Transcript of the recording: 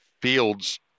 Fields